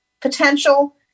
potential